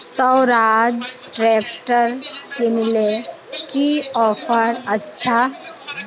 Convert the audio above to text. Swaraj tractor किनले की offer अच्छा?